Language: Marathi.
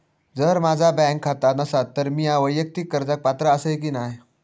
जर माझा बँक खाता नसात तर मीया वैयक्तिक कर्जाक पात्र आसय की नाय?